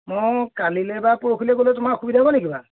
মই কালিলৈ বা পৰহিলৈ গ'লে তোমাৰ অসুবিধা হ'ব নেকি বাৰু